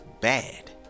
bad